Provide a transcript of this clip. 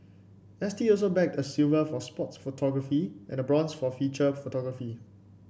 S T also bagged a silver for sports photography and a bronze for feature photography